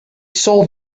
saw